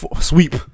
Sweep